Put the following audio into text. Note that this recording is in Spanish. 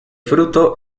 fruto